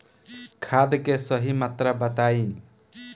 खाद के सही मात्रा बताई?